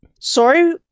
Sorry